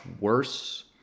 worse